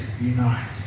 unite